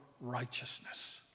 righteousness